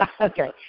okay